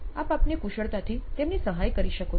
આપ આપની કુશળતાથી તેમની સહાય કરી શકો છો